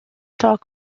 talk